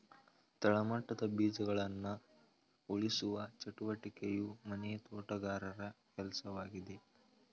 ತಳಮಟ್ಟದ ಬೀಜಗಳನ್ನ ಉಳಿಸುವ ಚಟುವಟಿಕೆಯು ಮನೆ ತೋಟಗಾರರ ಕೆಲ್ಸವಾಗಿದೆ